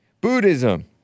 Buddhism